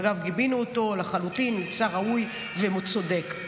ואגב, גיבינו אותו לחלוטין, מבצע ראוי והוא צודק.